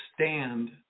stand